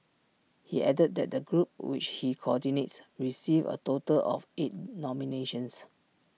he added that the group which he coordinates received A total of eight nominations